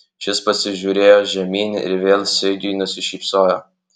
šis pasižiūrėjo žemyn ir vėl sigiui nusišypsojo